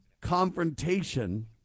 confrontation